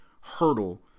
hurdle